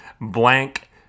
blank